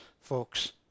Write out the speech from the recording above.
folks